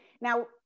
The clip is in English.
Now